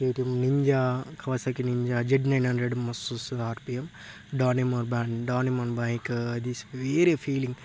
KTM Ninja Kawasaki Ninja Z nine hundred మస్తు వస్తుంది RPM డానిమార్ డానిమార్ బైక్ థిస్ వేరే ఫీలింగ్